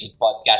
podcast